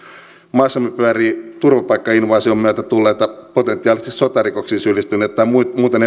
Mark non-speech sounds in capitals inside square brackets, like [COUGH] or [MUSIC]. maassamme pyörii turvapaikkainvaasion myötä tulleita potentiaalisesti sotarikoksiin syyllistyneitä tai muuten [UNINTELLIGIBLE]